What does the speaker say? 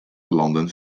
landen